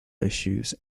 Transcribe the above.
issues